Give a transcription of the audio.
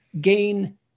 gain